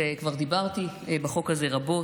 כבר דיברתי בחוק הזה רבות,